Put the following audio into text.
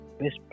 Best